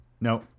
No